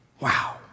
wow